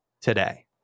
today